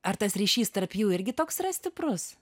ar tas ryšys tarp jų irgi toks stiprus